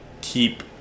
keep